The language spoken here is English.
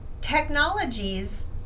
technologies